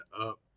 up